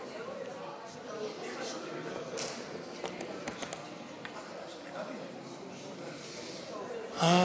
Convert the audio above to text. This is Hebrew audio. תודה.